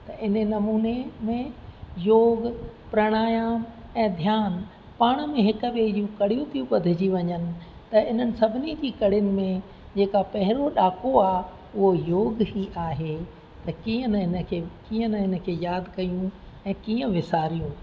इन नमूने में योगु प्रणायाम ऐं ध्यानु पाण में हिक ॿिए जूं कड़ियूं थियूं ॿधिजी वञनि त हिननि सभिनी जी कड़ियुनि में जेका पहिरियों ॾाको आहे उहो योग ई आहे त कीअं न इन खे कीअं न इन खे यादि कयूं ऐं कीअं विसारियूं